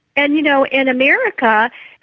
and, you know, in america,